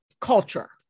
culture